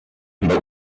but